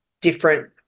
different